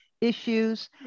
issues